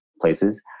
places